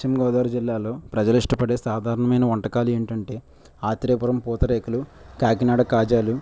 పశ్చిమగోదావరి జిల్లాలో ప్రజలు ఇష్టపడే సాధారణమైన వంటకాలు ఏంటంటే ఆత్రేయపురం పూతరేకులు కాకినాడ కాజాలు